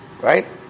Right